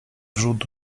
wrzód